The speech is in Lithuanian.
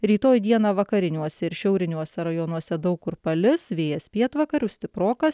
rytoj dieną vakariniuose ir šiauriniuose rajonuose daug kur palis vėjas pietvakarių stiprokas